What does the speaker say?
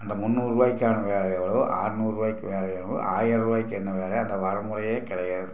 அந்த முந்நூறுரூவாய்க்கான வேலை எவ்வளோ அறுநூறுவாய்க்கு வேலை எவ்வளோ ஆயர ரூவாய்க்கு என்ன வேலை அந்த வரைமுறையே கிடையாது